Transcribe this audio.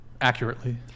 accurately